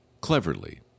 cleverly